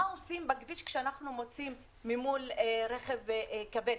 מה עושים בכביש כשנמצא ממול רכב כבד,